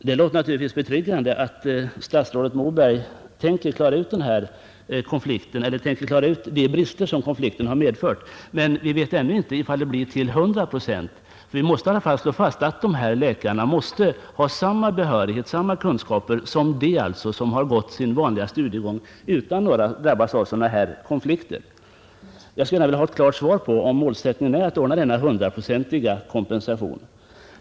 Fru talman! Det låter betryggande att statsrådet Moberg tänker klara upp de brister som konflikten har medfört, men vi vet ännu inte om det blir till hundra procent. Vi måste emellertid slå fast att dessa läkare skall ha samma kunskaper som de som har gått sin vanliga studiegång utan att drabbas av konflikt. Jag vill gärna ha ,ett klart svar på frågan, om målsättningen är att ordna denna hundraprocentiga kompensation.